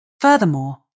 Furthermore